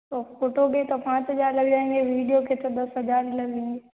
ओ photo के तो पाँच हज़ार लग जाएंगे वीडियो के तो दस हज़ार लग जाएंगे